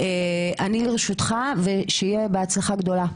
אני לרשותך ושיהיה בהצלחה גדולה.